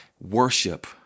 Worship